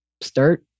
Start